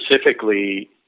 Specifically